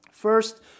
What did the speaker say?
First